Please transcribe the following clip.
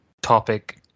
topic